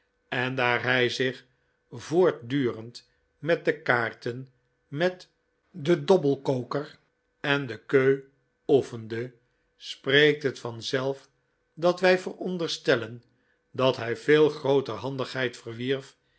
en daar hij zich voortdurend met de kaarten met den bobbelkoker en de queue oefende spreekt het vanzelf dat wij veronderstellen dat hij veel grooter handigheid verwierf